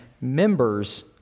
members